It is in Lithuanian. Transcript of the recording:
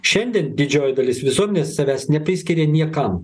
šiandien didžioji dalis visuomenės savęs nepriskiria niekam